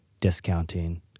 discounting